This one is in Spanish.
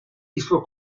disco